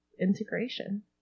integration